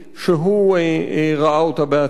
שהוא ראה אותה בעצמו.